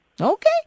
Okay